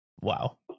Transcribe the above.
Wow